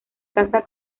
casa